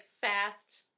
fast